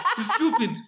stupid